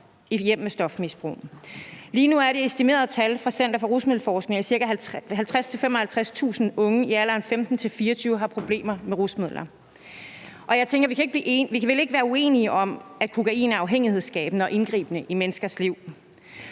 hjem med stofmisbrug. Lige nu er det estimerede tal fra Center for Rusmiddelforskning, at ca. 50.000-55.000 unge i alderen 15-24 år har problemer med rusmidler. Jeg tænker, at vi vel ikke kan være uenige om, at kokain er afhængighedsskabende og indgribende i menneskers liv.